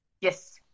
Yes